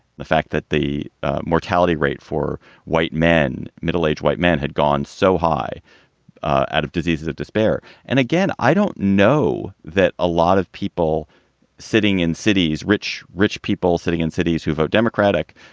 the fact that the mortality rate for white men, middle aged white men, had gone so high ah out of diseases of despair. and again, i don't know that a lot of people sitting in cities, rich, rich people sitting in cities who vote democratic,